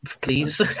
please